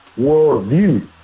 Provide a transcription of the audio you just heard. worldview